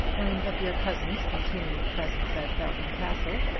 and of your cousin's continued presence at belton castle,